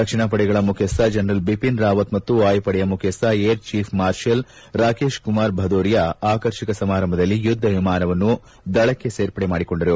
ರಕ್ಷಣಾ ಪಡೆಗಳ ಮುಖ್ಲಸ್ನ ಜನರಲ್ ಬಿಪಿನ್ ರಾವತ್ ಮತ್ತು ವಾಯುಪಡೆಯ ಮುಖ್ಲಸ್ನ air chief marshal Rakesh Kumar Bhadauria ಆಕರ್ಷಕ ಸಮಾರಂಭದಲ್ಲಿ ಯುದ್ದ ವಿಮಾನವನ್ನು ದಳಕ್ಕೆ ಸೇರ್ಪಡೆ ಮಾಡಿಕೊಂಡರು